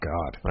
God